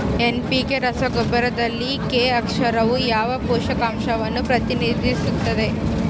NPK ರಸಗೊಬ್ಬರದಲ್ಲಿ K ಅಕ್ಷರವು ಯಾವ ಪೋಷಕಾಂಶವನ್ನು ಪ್ರತಿನಿಧಿಸುತ್ತದೆ?